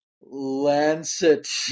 Lancet